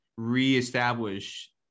re-establish